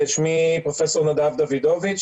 שמי פרופ' נדב דוידוביץ',